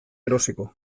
erosiko